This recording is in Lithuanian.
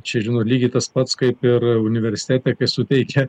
čia žinot lygiai tas pats kaip ir universitete kai suteikia